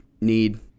need